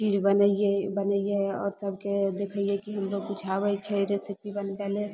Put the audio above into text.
चीज बनइए बनइए आओर सबके देखइए कि हमरो किछो आबय छै जैसे की बनबए लए